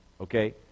Okay